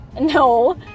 no